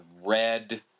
red